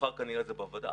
מחר זה כנראה בוועדה.